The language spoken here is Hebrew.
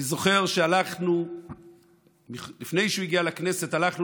אני זוכר שלפני שהוא הגיע לכנסת הלכנו